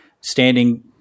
Standing